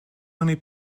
only